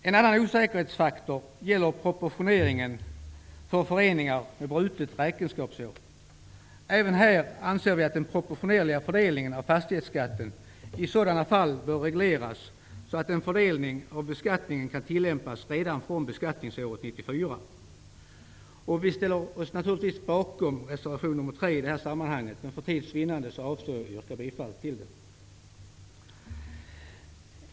En annan osäkerhetsfaktor gäller proportioneringen för föreningar med brutet räkenskapsår. Även här anser vi att den proportionerliga fördelningen av fastighetsskatten i sådana fall bör regleras, så att en fördelning av beskattningen kan tillämpas redan från beskattningsåret 1994. Vi ställer oss naturligtvis bakom reservation nr 3 i det här sammanhanget. Men för tids vinnande avstår jag från att yrka bifall till den.